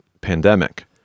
pandemic